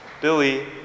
Billy